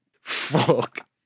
Fuck